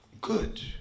Good